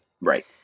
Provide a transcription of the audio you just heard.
Right